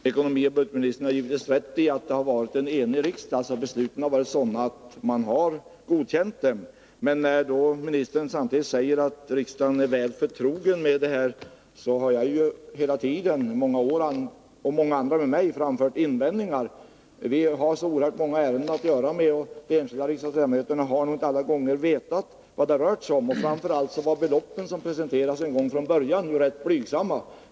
Herr talman! Ekonomioch budgetministern har givetvis rätt i att riksdagen har varit enig. Besluten har varit sådana att riksdagen har godkänt dem. Men när ministern samtidigt säger att riksdagen är väl förtrogen med kostnadsläget, vill jag påpeka att jag och många andra hela tiden har framfört invändningar. Vi har att göra med så oerhört många ärenden att de enskilda riksdagsledamöterna nog inte alla gånger har vetat vad det rört sig om. Framför allt var de belopp som presenterades från början rätt blygsamma.